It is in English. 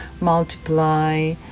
multiply